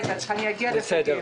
רק רגע, אני אגיע גם לזה.